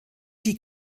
die